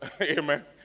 Amen